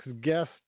guest